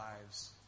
lives